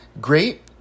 Great